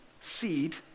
Seed